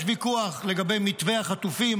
יש ויכוח לגבי מתווה החטופים,